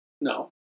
No